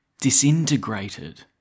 disintegrated